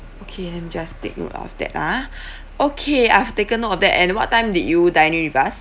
okay and let me just take note of that ah okay I've taken note of that and what time did you dine in with us